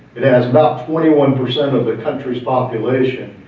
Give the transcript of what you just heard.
it has about twenty one percent of the countries population,